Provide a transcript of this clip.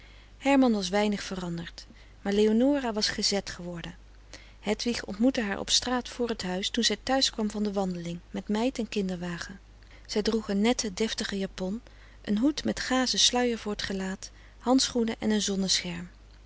herman was weinig veranderd maar leonora was gezet geworden hedwig ontmoette haar op straat voor t huis toen zij thuis kwam van de wandeling met meid en kinderwagen zij droeg een nette deftige japon een hoed met gazen sluier voor t gelaat handschoenen en een